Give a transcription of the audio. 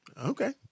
okay